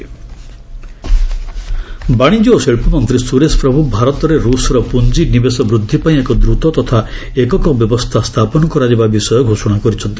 ପ୍ରଭୁ new mechanism ବାଣିଜ୍ୟ ଓ ଶିଳ୍ପମନ୍ତ୍ରୀ ସୁରେଶ ପ୍ରଭୁ ଭାରତରେ ରୁଷର ପୁଞ୍ଜିନିବେଶ ବୃଦ୍ଧି ପାଇ ଏକ ଦ୍ରତ ତଥା ଏକକ ବ୍ୟବସ୍ଥା ସ୍ଥାପନ କରାଯିବା ବିଷୟ ଘୋଷଣା କରିଛନ୍ତି